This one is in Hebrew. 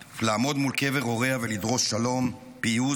לעמוד מול קבר הוריה ולדרוש שלום, פיוס,